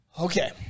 Okay